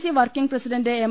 C working president M